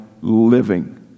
living